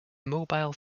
mobile